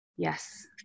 Yes